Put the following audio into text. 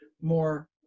more